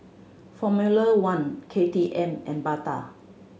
Formula One K T M and Bata